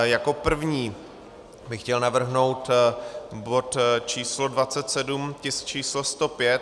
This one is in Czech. Jako první bych chtěl navrhnout bod č. 27, tisk č. 105.